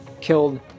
killed